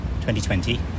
2020